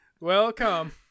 Welcome